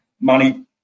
money